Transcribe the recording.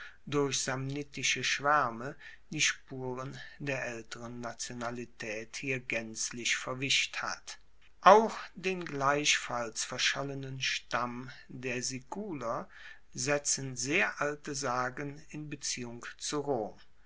durch samnitische schwaerme die spuren der aelteren nationalitaet hier gaenzlich verwischt hat auch den gleichfalls verschollenen stamm der siculer setzten sehr alte sagen in beziehung zu rom